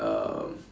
um